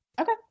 Okay